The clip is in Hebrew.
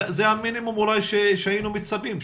זה המינימום אולי שהיינו מצפים,